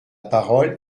parole